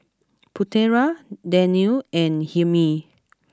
Putera Daniel and Hilmi